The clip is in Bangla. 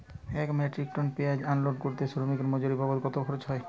এক মেট্রিক টন পেঁয়াজ আনলোড করতে শ্রমিকের মজুরি বাবদ কত খরচ হয়?